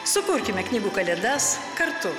sukurkime knygų kalėdas kartu